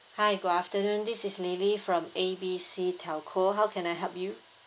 hi good afternoon this is lily from A B C telco how can I help you